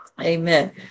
Amen